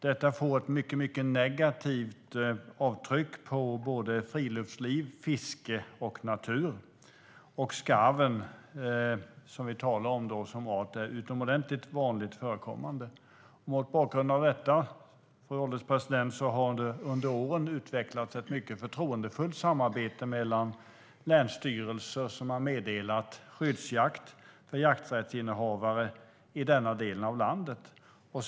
Detta får ett mycket negativt avtryck på friluftsliv, fiske och natur. Skarven är alltså utomordentligt vanligt förekommande. Mot bakgrund av detta har det under åren utvecklats ett mycket förtroendefullt samarbete mellan länsstyrelser som har meddelat skyddsjakt för jakträttsinnehavare i denna del av landet.